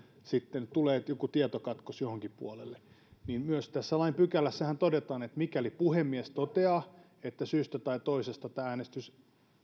tulee joku tietokatkos johonkin puolelle myös tässä lain pykälässähän todetaan että mikäli puhemies toteaa että syystä tai toisesta äänestys